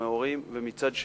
תשלומי ההורים, ומצד שני,